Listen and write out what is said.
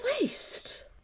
waste